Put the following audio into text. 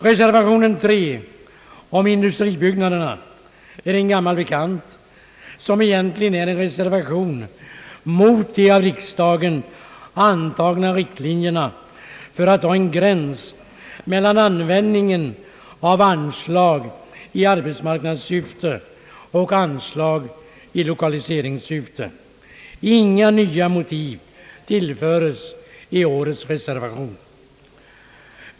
Reservation 3 om industribyggnaderna är en gammal bekant, som egentligen är en reservation mot de av riksdagen antagna riktlinjerna för att dra en gräns mellan användningen av anslag i arbetsmarknadssyfte och anslag i lokaliseringssyfte. Inga nya motiv anföres i årets reservation.